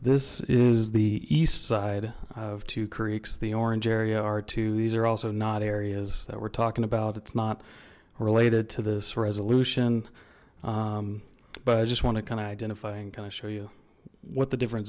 this is the east side of two creeks the orange area are too these are also not areas that we're talking about it's not related to this resolution but i just want to kind of identify and kind of show you what the different